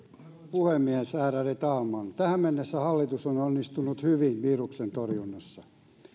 puhemies ärade talman tähän mennessä hallitus on onnistunut hyvin viruksen torjunnassa